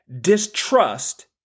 Distrust